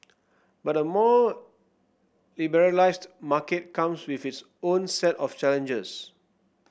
but a more liberalised market comes with its own set of challenges